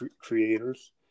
creators